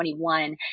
2021